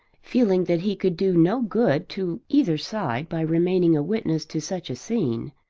feeling that he could do no good to either side by remaining a witness to such a scene.